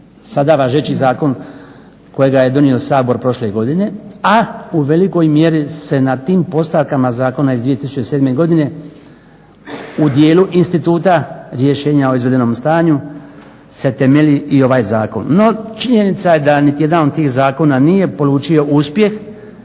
sada važeći zakon kojega je donio Sabor prošle godine, a u velikoj mjeri se na tim postavkama zakona iz 2007. godine u dijelu instituta rješenja o izvedenom stanju se temelji i ovaj zakon. No, činjenica je da niti jedan od tih zakona nije polučio uspjeh,